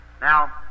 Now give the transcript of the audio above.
Now